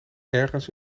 ergens